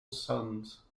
sons